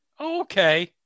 Okay